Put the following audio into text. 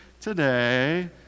today